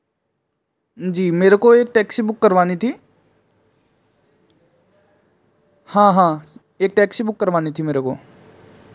जी मेरे को एक टैक्सी बुक करवानी थी हाँ हाँ एक टैक्सी बुक करवानी थी मेरे को